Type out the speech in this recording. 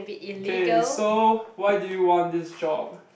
okay so why do you want this job